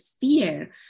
fear